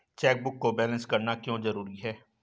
Chequebook को balance करना क्यों जरूरी है?